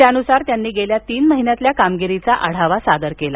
त्यानुसार त्यांनी गेल्या तीन महिन्यातल्या कामगिरीचा आढावा सादर केला